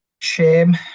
Shame